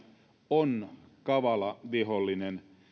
on kavala vihollinen